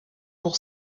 pour